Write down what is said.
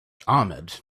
ahmed